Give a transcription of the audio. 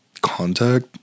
contact